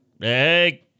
hey